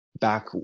back